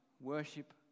worship